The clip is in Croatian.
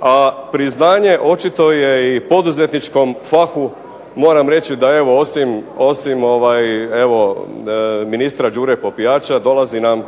a priznanje očito je i poduzetničkom fahu, moram reći da evo osim evo ministra Đure Popijača dolazi nam